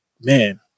man